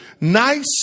nice